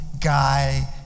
guy